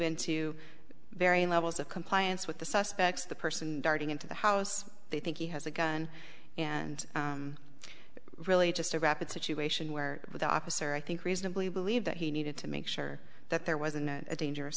into varying levels of compliance with the suspects the person darting into the house they think he has a gun and really just a rapid situation where the officer i think reasonably believed that he needed to make sure that there wasn't a dangerous